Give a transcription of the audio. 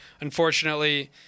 unfortunately